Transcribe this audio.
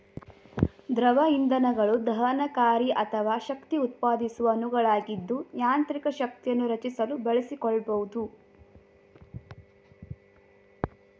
ದ್ರವ ಇಂಧನಗಳು ದಹನಕಾರಿ ಅಥವಾ ಶಕ್ತಿಉತ್ಪಾದಿಸುವ ಅಣುಗಳಾಗಿದ್ದು ಯಾಂತ್ರಿಕ ಶಕ್ತಿಯನ್ನು ರಚಿಸಲು ಬಳಸಿಕೊಳ್ಬೋದು